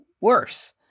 worse